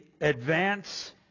advance